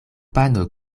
pano